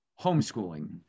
homeschooling